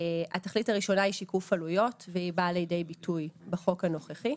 התכלית הראשונה היא שיקוף עלויות והיא באה לידי ביטוי בחוק הנוכחי.